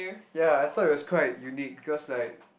ya I thought it was quite unique because like